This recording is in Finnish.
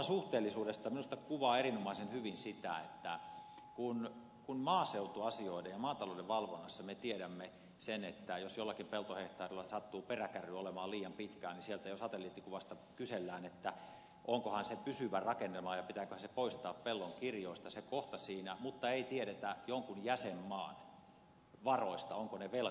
minusta sitä kuvaa erinomaisen hyvin se että maaseutuasioiden ja maatalouden valvonnasta me tiedämme sen että jos jollakin peltohehtaarilla sattuu peräkärry olemaan liian pitkään niin sieltä jo satelliittikuvasta kysellään onkohan se pysyvä rakennelma ja pitääköhän poistaa pellon kirjoista se kohta siinä mutta ei tiedetä jonkun jäsenmaan varoista ovatko ne velkaa vai saatavia